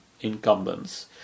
incumbents